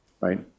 right